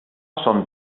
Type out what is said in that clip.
son